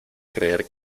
creer